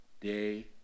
day